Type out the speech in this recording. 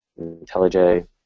IntelliJ